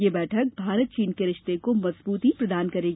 यह बैठक भारत चीन के रिश्ते को मजबूती प्रदान करेगी